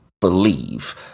believe